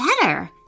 better